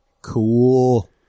Cool